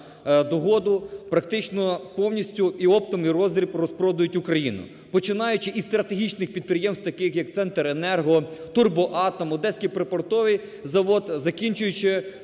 догоду практично повністю і оптом, і в роздріб розпродують Україну, починаючи із стратегічних підприємств таких, як "Центренерго", "Турбоатом", "Одеський припортовий завод", закінчуючи